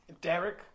Derek